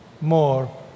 more